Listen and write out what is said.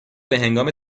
بههنگام